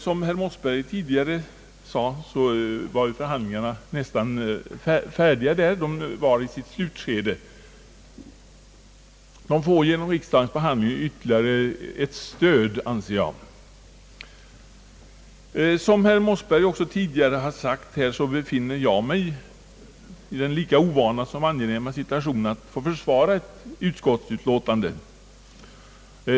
Som herr Mossberger tidigare anförde var ju förhandlingarna nästan färdiga — de var i sitt slutskede. Samerna får genom riksdagens behandling ytterligare ett stöd, anser jag. Som herr Mossberger tidigare också sade, befinner jag mig i den lika ovanliga som angenäma situationen att försvara ett utskottsförslag.